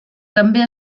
també